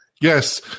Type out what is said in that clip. Yes